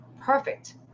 perfect